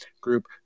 group